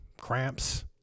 cramps